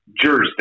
Jersey